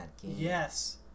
Yes